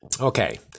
Okay